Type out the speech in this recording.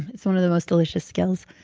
it's one of the most delicious skills.